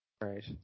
Right